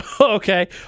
Okay